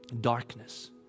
darkness